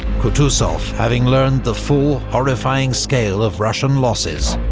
kutuzov, having learned the full, horrifying scale of russian losses,